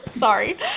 Sorry